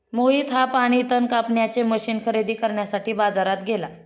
मोहित हा पाणी तण कापण्याचे मशीन खरेदी करण्यासाठी बाजारात गेला